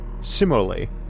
Similarly